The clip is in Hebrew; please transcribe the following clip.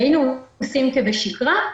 שהיינו עושים כבשגרה,